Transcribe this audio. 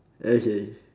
okay